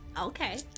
Okay